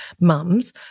mums